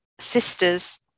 sisters